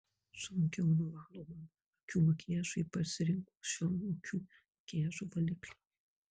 sunkiau nuvalomam akių makiažui ji pasirinko švelnų akių makiažo valiklį